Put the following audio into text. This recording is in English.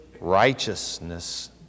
righteousness